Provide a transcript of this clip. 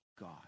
god